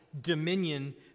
dominion